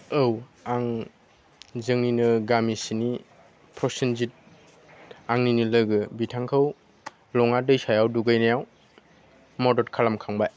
औ आं जोंनिनो गामिसेनि प्रसेन्जित आंनिनो लोगो बिथांखौ लङा दैसायाव दुगैनायाव मदद खालामखांबाय